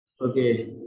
Okay